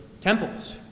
temples